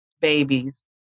babies